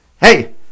hey